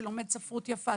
שלומד ספרות יפה,